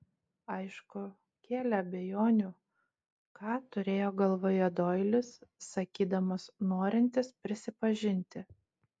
aišku kėlė abejonių ką turėjo galvoje doilis sakydamas norintis prisipažinti